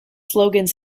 slogans